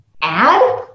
add